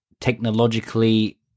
technologically